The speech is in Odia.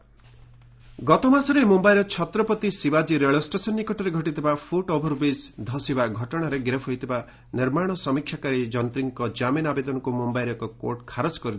ମୁମ୍ଘାଇ ବେଲ୍ ଗତମାସରେ ମୁମ୍ୟାଇର ଛତ୍ରପତି ଶିବାଜୀ ରେଳ ଷ୍ଟେସନ୍ ନିକଟରେ ଘଟିଥିବା ଫୁଟ୍ ଓଭରବ୍ରିଜ୍ ଧସିବା ଘଟଣାରେ ଗିରଫ ହୋଇଥିବା ନିର୍ମାଣ ସମୀକ୍ଷାକାରୀ ଯନ୍ତ୍ରୀଙ୍କ ଜାମିନ ଆବେଦନକୁ ମୁମ୍ଭାଇର ଏକ କୋର୍ଟ ଖାରଜ କରିଦେଇଛି